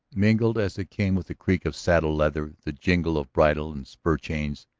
mingled as it came with the creak of saddle leather, the jingle of bridle and spur-chains.